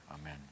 Amen